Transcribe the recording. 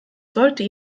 sollte